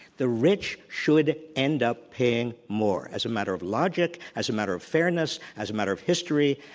the rich should end up paying more as a matter of logic, as a matter of fairness, as a matter of history,